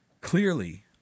clearly